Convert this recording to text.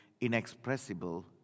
inexpressible